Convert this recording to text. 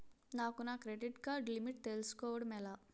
నాకు నా credit card limit తెలుసుకోవడం ఎలా?